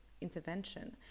intervention